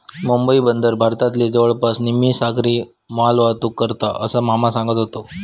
मुंबई बंदर भारतातली जवळपास निम्मी सागरी मालवाहतूक करता, असा मामा सांगत व्हतो